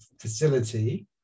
facility